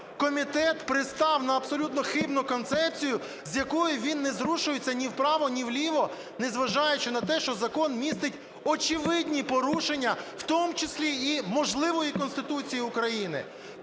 комітет пристав на абсолютно хибну концепцію, з якою він не зрушується ні вправо, ні вліво, незважаючи на те, що закон містить, очевидні порушення, в тому числі, можливо, і Конституції України.